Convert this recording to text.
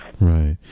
Right